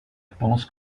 pense